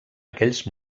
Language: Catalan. aquells